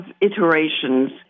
iterations